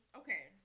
okay